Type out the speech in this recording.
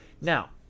now